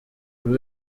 buri